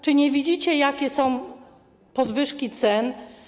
Czy nie widzicie, jakie są podwyżki cen?